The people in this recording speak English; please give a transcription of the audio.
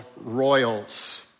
Royals